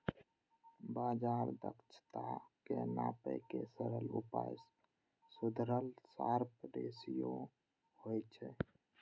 बाजार दक्षताक नापै के सरल उपाय सुधरल शार्प रेसियो होइ छै